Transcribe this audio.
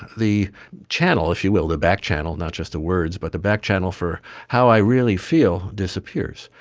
the channel if you will, the back channel, not just the words but the back channel for how i really feel disappears.